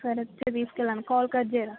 సరే వచ్చి తీసుకెళ్ళండి కాల్ కట్ చేయరా